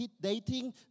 dating